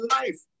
life